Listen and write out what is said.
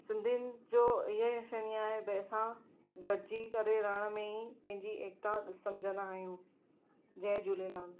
सिंधियुनि जो इअं ईंदी आहियां भई असां गॾिजी करे रहण में ई पंहिंजी एकिता समुझंदा आहियूं जय झूलेलाल